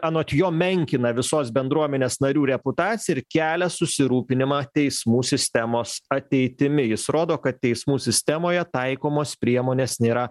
anot jo menkina visos bendruomenės narių reputaciją ir kelia susirūpinimą teismų sistemos ateitimi jis rodo kad teismų sistemoje taikomos priemonės nėra